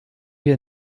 wir